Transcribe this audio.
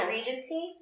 Regency